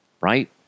right